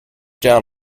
down